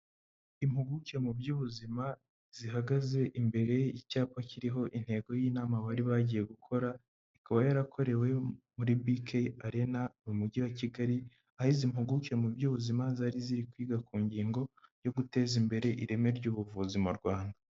Impuguke mu by'ubuzima zihagaze imbere y'icyapa kiriho intego y'inama bari bagiye gukora ikaba yarakorewe muri bike arena mu mujyi wa Kigali, aho izi mpuguke mu by'ubuzima zari ziri kwiga ku ngingo yo guteza imbere ireme ry'ubuvuzi mu Rwanda.